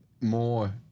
More